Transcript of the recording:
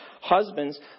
Husbands